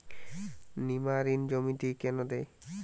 নিমারিন জমিতে কেন দেয়?